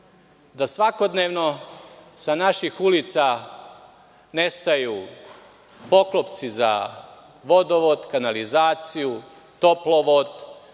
da svakodnevno sa naših ulica nestaju poklopci za vodovod, kanalizaciju, toplovod,